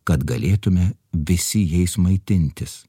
kad galėtume visi jais maitintis